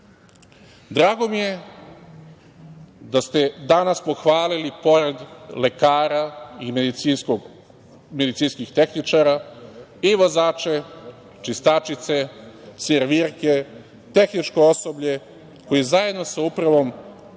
mi je da ste danas pohvalili, pored lekara i medicinskih tehničara, i vozače, čistačice, servirke, tehničko osoblje, koji zajedno sa upravom